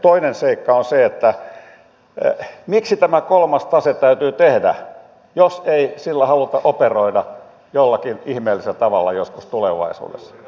toinen seikka on se että miksi tämä kolmas tase täytyy tehdä jos ei sillä haluta operoida jollakin ihmeellisellä tavalla joskus tulevaisuudessa